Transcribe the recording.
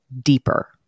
deeper